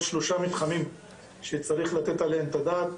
עוד שלושה מתחמים שצריך לתת עליהם את הדעת,